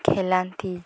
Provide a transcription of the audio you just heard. ଖେଳନ୍ତି